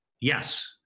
Yes